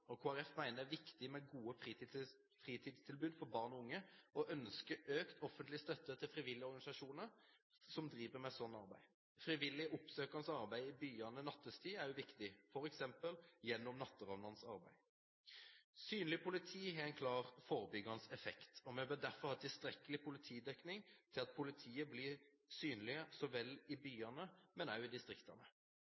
det er viktig med gode fritidstilbud for barn og unge, og vi ønsker økt støtte til frivillige organisasjoner som driver med slikt arbeid. Frivillig oppsøkende arbeid i byene på nattetid er viktig, f.eks. gjennom natteravnenes arbeid. Synlig politi har en klar, forebyggende effekt. Vi bør derfor ha tilstrekkelig politidekning til at politiet blir synlig så vel i